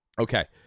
Okay